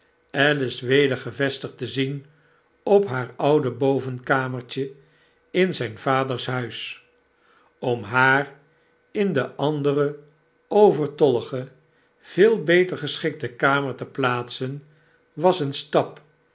alice weder gevestigd te zien op haar oude bovenkamertje in zgn vaders huis om haar in de andere overtollige veel beter geschikte kamer te plaatsen was een stap